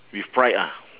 with pride ah